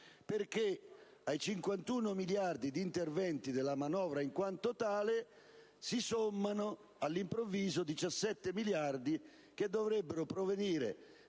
ai 51 miliardi di interventi della manovra in quanto tale si sommano all'improvviso 17 miliardi che dovrebbero provenire